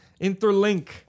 interlink